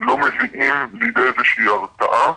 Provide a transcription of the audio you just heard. לא מגיעים לידי איזה שהיא הרתעה,